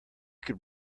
could